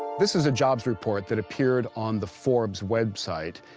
this is a jobs report that peered on the forbes website.